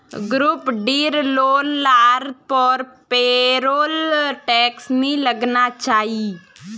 group डीर लोग लार पर पेरोल टैक्स नी लगना चाहि